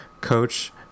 Coach